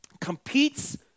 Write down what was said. competes